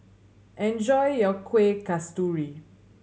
enjoy your Kueh Kasturi